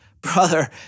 Brother